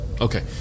Okay